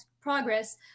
progress